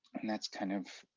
and that's kind of,